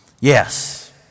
Yes